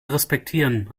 respektieren